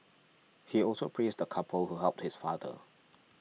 he also praised the couple who helped his father